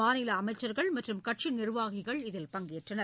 மாநில அமைச்சர்கள் மற்றும் கட்சி நிர்வாகிகள் இதில் பங்கேற்றனர்